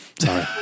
Sorry